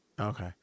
Okay